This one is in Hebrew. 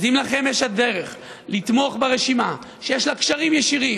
אז אם יש לכם דרך לתמוך ברשימה שיש לה קשרים ישירים